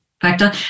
factor